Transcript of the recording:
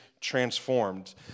transformed